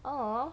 orh